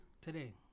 Today